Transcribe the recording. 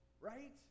Right